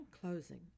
closing